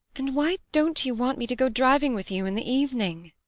and why don't you want me to go driving with you in the evening?